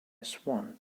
swann